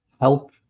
help